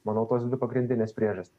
manau tos dvi pagrindinės priežastys